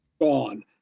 gone